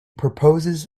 proposes